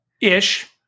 ish